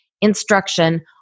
instruction